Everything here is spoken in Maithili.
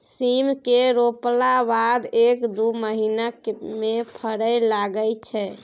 सीम केँ रोपला बाद एक दु महीना मे फरय लगय छै